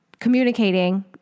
communicating